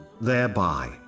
thereby